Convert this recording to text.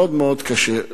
מאוד קשה,